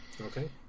Okay